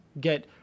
get